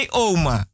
oma